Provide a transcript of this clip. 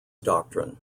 doctrine